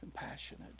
compassionate